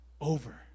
over